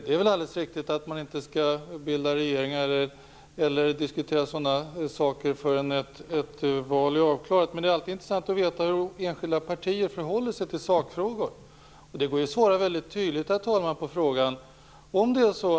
Det är väl alldeles riktigt att man inte skall bilda regeringar eller diskutera sådana frågor förrän ett val är avklarat. Men det är alltid intressant att veta hur enskilda partier förhåller sig till sakfrågor. Det går ju att svara väldigt tydligt på min fråga, herr talman.